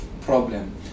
problem